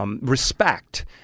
respect